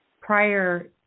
prior